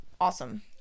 awesome